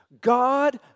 God